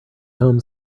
home